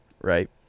right